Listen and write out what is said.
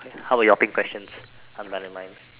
how about your pink questions I have divided mine